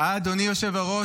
אדוני היושב-ראש,